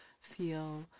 feel